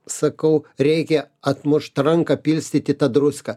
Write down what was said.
sakau reikia atmušt ranką pilstyti tą druską